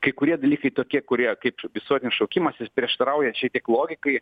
kai kurie dalykai tokie kurie kaip visuotinis šaukimas jis prieštarauja šiek tiek logikai